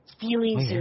feelings